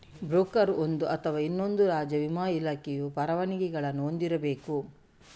broker ಒಂದು ಅಥವಾ ಇನ್ನೊಂದು ರಾಜ್ಯ ವಿಮಾ ಇಲಾಖೆಯ ಪರವಾನಗಿಗಳನ್ನು ಹೊಂದಿರಬೇಕು